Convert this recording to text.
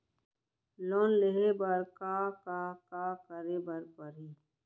Loan लेहे बर का का का करे बर परहि?